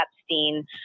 Epstein